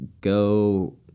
go